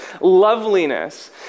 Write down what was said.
loveliness